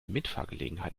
mitfahrgelegenheit